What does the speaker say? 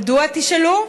מדוע, תשאלו?